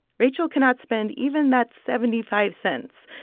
rachel cannot spend even that seventy five cents.